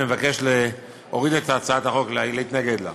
אני מבקש להוריד את הצעת החוק, להתנגד לה.